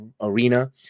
arena